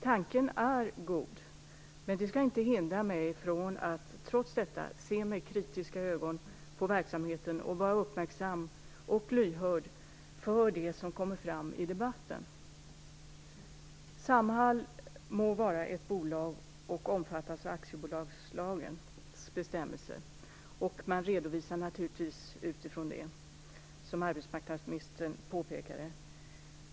Tanken är god, men det skall inte hindra mig från att trots detta se med kritiska ögon på verksamheten och vara uppmärksam och lyhörd för det som kommer fram i debatten. Samhall må vara ett bolag och omfattas av aktiebolagslagens bestämmelser - man gör naturligtvis sin redovisning utifrån det, som arbetsmarknadsministern påpekade.